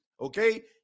Okay